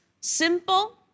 simple